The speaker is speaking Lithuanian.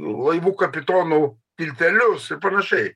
laivų kapitonų tiltelius ir panašiai